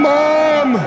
Mom